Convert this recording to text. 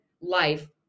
life